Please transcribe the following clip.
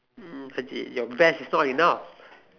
um your best is not enough